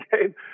game